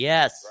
Yes